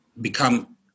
become